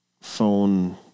phone